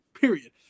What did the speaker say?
period